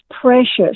precious